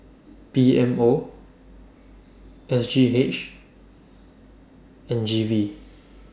P M O S G H and G V